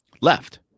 left